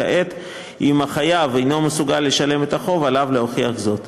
וכעת אם החייב אינו מסוגל לשלם את החוב עליו להוכיח זאת.